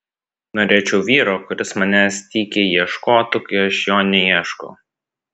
norėčiau vyro kuris manęs tykiai ieškotų kai aš jo neieškau